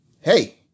hey